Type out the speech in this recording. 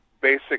basic